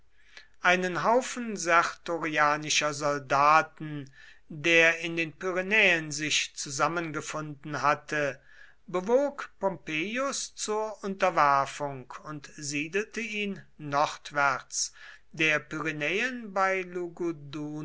einen haufen sertorianischer soldaten der in den pyrenäen sich zusammengefunden hatte bewog pompeius zur unterwerfung und siedelte ihn nordwärts der pyrenäen bei